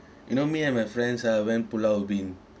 you know me and my friends ah went pulau ubin